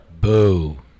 Boo